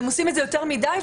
והם עושים את זה יותר מדי,